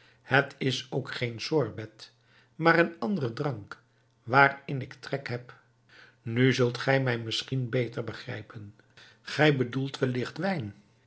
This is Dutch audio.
het is ook geen sorbet maar een andere drank waarin ik trek heb nu zult gij mij misschien beter begrijpen gij bedoelt welligt wijn